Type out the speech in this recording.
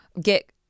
get